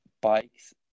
bikes